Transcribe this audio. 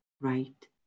right